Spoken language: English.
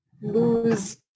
lose